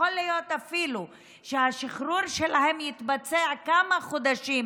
שיכול להיות אפילו שהשחרור שלהם התבצע כמה חודשים